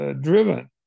driven